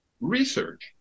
research